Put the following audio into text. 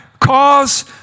Cause